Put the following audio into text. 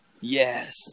Yes